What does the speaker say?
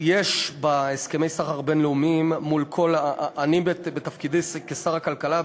יש בהסכמי סחר בין-לאומיים מול כל אני בתפקידי כשר הכלכלה,